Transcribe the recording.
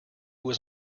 was